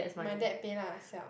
my dad pay lah siao